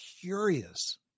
curious